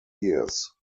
years